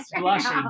Blushing